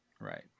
Right